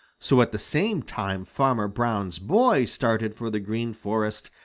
so at the same time farmer brown's boy started for the green forest,